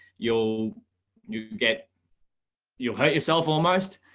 you'll you'll get you'll hurt yourself almost.